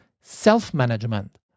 self-management